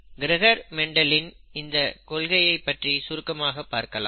Gregor Mendel இன் இந்தக் கொள்கை பற்றி சுருக்கமாகப் பார்க்கலாம்